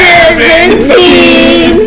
Seventeen